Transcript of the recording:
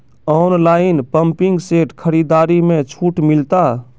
Online pumping set खरीदारी मे छूट मिलता?